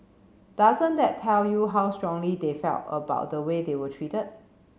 doesn't that tell you how strongly they felt about the way they were treated